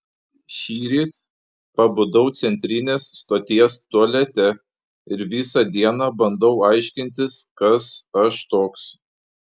šįryt pabudau centrinės stoties tualete ir visą dieną bandau aiškintis kas aš toks